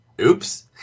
Oops